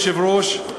אדוני היושב-ראש,